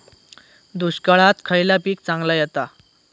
दुष्काळात खयला पीक चांगला येता?